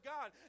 God